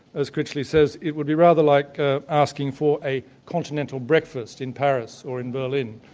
as critchley says, it would be rather like asking for a continental breakfast in paris or in berlin.